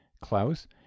Klaus